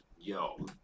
Yo